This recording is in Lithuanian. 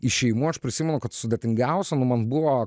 išėjimu aš prisimenu kad sudėtingiausia nu man buvo